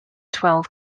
twelve